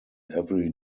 every